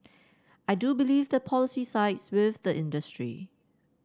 I do believe the policy sides with the industry